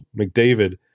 McDavid